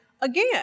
Again